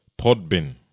Podbin